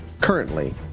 currently